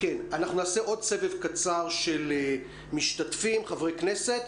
נעשה עוד סבב קצר של משתתפים, חברי כנסת.